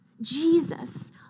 Jesus